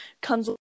comes